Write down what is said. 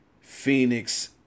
Phoenix